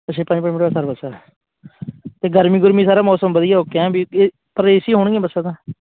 ਅੱਛਾ ਜੀ ਪੰਜ ਪੰਜ ਮਿੰਟ ਬਾਅਦ ਸਰਵਿਸ ਆ ਅਤੇ ਗਰਮੀ ਗੁਰਮੀ ਸਾਰਾ ਮੌਸਮ ਵਧੀਆ ਓਕੇ ਐਂ ਵੀ ਪਰ ਏ ਸੀ ਹੋਣਗੀਆਂ ਬੱਸਾਂ ਤਾਂ